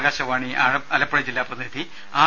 ആകാശവാണി ആലപ്പുഴ ജില്ലാ പ്രതിനിധി ആർ